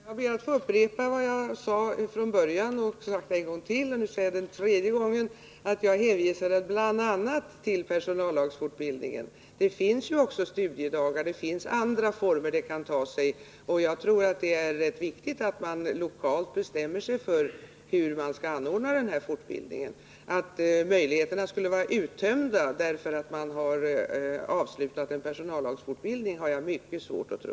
Herr talman! Jag ber att få upprepa det jag sade i början av debatten — jag har sagt det ytterligare en gång, och nu säger jag det en tredje gång — nämligen att jag hänvisade till bl.a. personallagsfortbildningen. Det finns ju också exempelvis studiedagar, och fortbildningen kan genomföras även i andra former. Jag tror att det är viktigt att man lokalt bestämmer sig för hur man skall anordna fortbildningen. Att möjligheterna skulle vara uttömda därför att man avslutat personallagsfortbildningen har jag mycket svårt att tro.